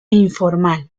informal